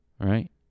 right